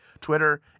Twitter